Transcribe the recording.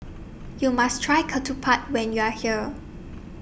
YOU must Try Ketupat when YOU Are here